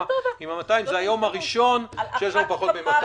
עם 200. זה היום הראשון שבהם הנתונים הם פחות מ-200.